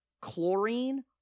Chlorine